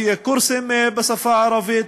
שיהיו קורסים בשפה הערבית.